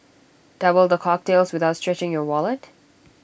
double the cocktails without stretching your wallet